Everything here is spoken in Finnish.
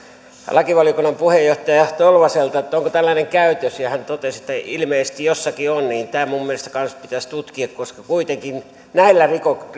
lakivaliokunnan puheenjohtaja tolvaselta onko tällainen käytössä ja hän totesi että ilmeisesti jossakin on tämä minun mielestäni kanssa pitäisi tutkia koska kuitenkin näillä